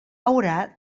haurà